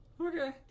Okay